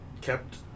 kept